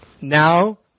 Now